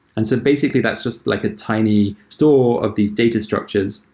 and so basically, that's just like a tiny store of these data structures.